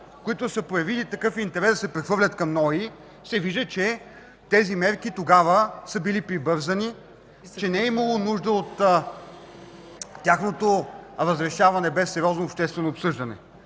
лица, проявили интерес да се прехвърлят към НОИ, ще се види, че мерките тогава са били прибързани, не е имало нужда от тяхното решаване без сериозно обществено обсъждане.